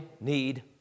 need